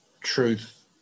truth